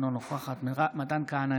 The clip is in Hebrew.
אינה נוכחת מתן כהנא,